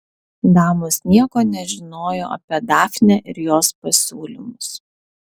damos nieko nežinojo apie dafnę ir jos pasiūlymus